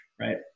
right